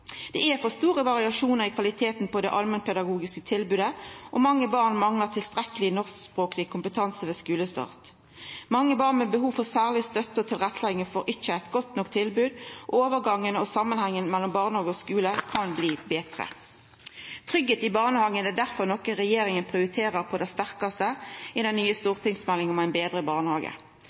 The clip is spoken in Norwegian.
Det er for store variasjonar i kvaliteten på det allmennpedagogiske tilbodet, og mange barn manglar tilstrekkeleg norskspråkleg kompetanse ved skulestart. Mange barn med behov for særleg støtte og tilrettelegging får ikkje eit godt nok tilbod. Overgangen og samanhengen mellom barnehage og skule kan bli betre. Tryggleik i barnehagen er derfor noko som regjeringa prioriterer på det sterkaste i den nye stortingsmeldinga om ein betre barnehage.